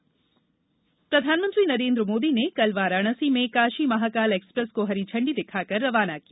Mahakal express प्रधानमंत्री नरेन्द्र मोदी ने कल वाराणसी में काशी महाकाल एक्सप्रेस को हरी झंडी दिखाकर रवाना किया